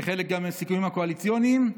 גם כחלק מההסכמים הקואליציוניים.